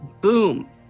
boom